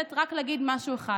מעולם.